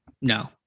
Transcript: No